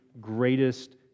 greatest